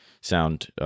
sound